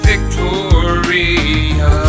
Victoria